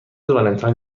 ولنتاین